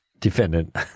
defendant